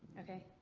okay.